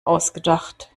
ausgedacht